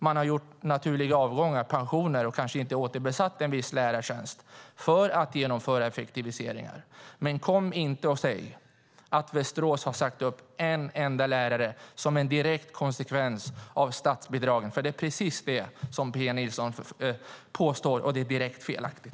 Man har gjort naturliga avgångar och pensioner och kanske inte återbesatt en viss lärartjänst, för att genomföra effektiviseringar. Men kom inte och säg att Västerås har sagt upp en enda lärare som en direkt konsekvens av statsbidragen! Det är precis det som Pia Nilsson påstår, och det är direkt felaktigt.